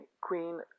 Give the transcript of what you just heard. queen